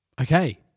Okay